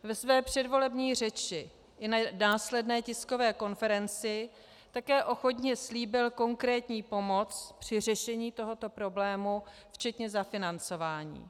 Ve své předvolební řeči i na následné tiskové konferenci také ochotně slíbil konkrétní pomoc při řešení tohoto problému včetně zafinancování.